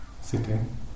sitting